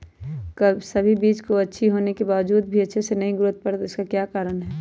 कभी बीज अच्छी होने के बावजूद भी अच्छे से नहीं ग्रोथ कर पाती इसका क्या कारण है?